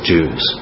Jews